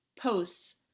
posts